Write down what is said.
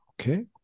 okay